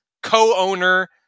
Co-owner